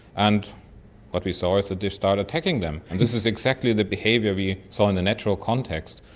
and what we saw is that they started attacking them. this is exactly the behaviour we saw in the natural context,